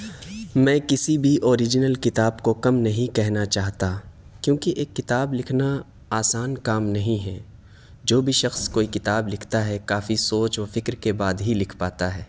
میں کسی بھی اوریجنل کتاب کو کم نہیں کہنا چاہتا کیونکہ ایک کتاب لکھنا آسان کام نہیں ہے جو بھی شخص کوئی کتاب لکھتا ہے کافی سوچ و فکر کے بعد ہی لکھ پاتا ہے